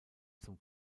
zum